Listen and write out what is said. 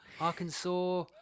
Arkansas